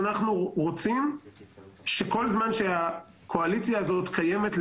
אנחנו רוצים שכל זמן שהקואליציה הזאת קיימת,